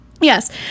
Yes